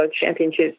championships